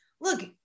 look